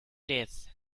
death